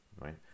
Right